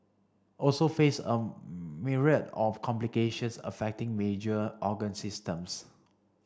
also face a myriad of complications affecting major organ systems